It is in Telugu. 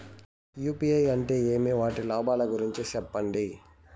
యు.పి.ఐ అంటే ఏమి? వాటి లాభాల గురించి సెప్పండి?